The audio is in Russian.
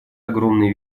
огромный